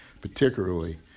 particularly